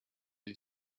did